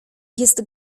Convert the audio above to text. jest